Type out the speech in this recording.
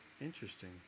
Interesting